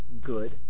good